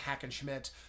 Hackenschmidt